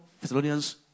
Thessalonians